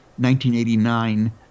1989